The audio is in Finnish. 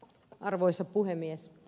arvoisa puhemies